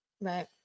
Right